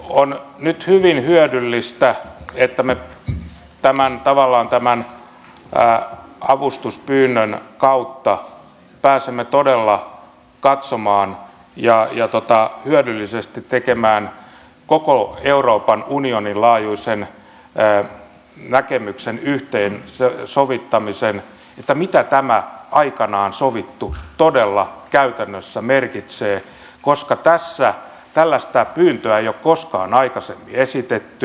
on nyt hyvin hyödyllistä että me tavallaan tämän avustuspyynnön kautta pääsemme todella katsomaan ja hyödyllisesti tekemään koko euroopan unionin laajuisen näkemyksen yhteensovittamisen siitä mitä tämä aikanaan sovittu todella käytännössä merkitsee koska tällaista pyyntöä ei ole koskaan aikaisemmin esitetty